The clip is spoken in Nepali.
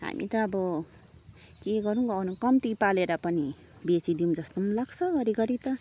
हामी त अब के गर्नु गर्नु कम्ति पालेर पनि बेचिदिउँ जस्तो पनि लाग्छ घरिघरि त